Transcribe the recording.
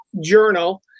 journal